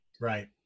Right